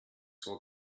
saw